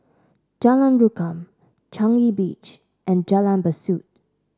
Jalan Rukam Changi Beach and Jalan Besut